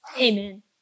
Amen